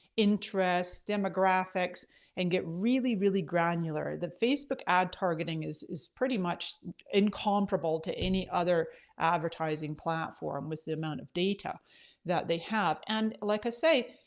interests, demographics and get really, really granular. the facebook ad targeting is is pretty much incomparable to any other advertising platform with the amount of data that they have. and like i say,